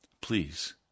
Please